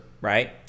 right